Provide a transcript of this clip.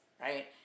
right